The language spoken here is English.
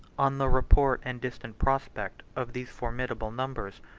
on the report and distant prospect of these formidable numbers,